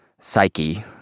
psyche